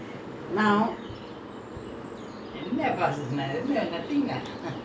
later lah we do that lah still got time lunchtime lah that [one] is for lunch now